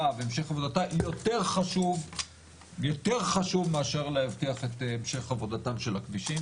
והמשך עבודתה יותר חשוב מאשר להבטיח את המשך עבודתם של הכבישים,